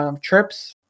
trips